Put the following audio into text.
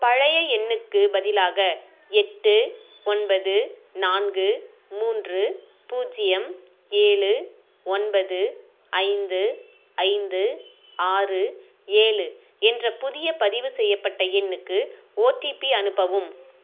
பழைய எண்ணுக்குப் பதிலாக எட்டு ஒன்பது நான்கு மூன்று பூஜ்யம் ஏழு ஒன்பது ஐந்து ஐந்து ஆறு ஏழு என்ற புதிய பதிவு செய்யப்பட்ட எண்ணுக்கு ஓடிபி அனுப்பவும்